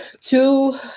Two